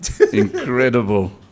Incredible